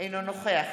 אינו נוכח